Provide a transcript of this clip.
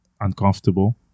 uncomfortable